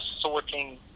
sorting